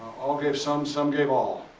all gave some, some gave all.